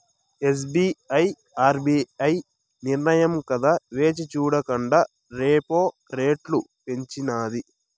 SBI RBI నిర్నయం దాకా వేచిచూడకండా రెపో రెట్లు పెంచినాది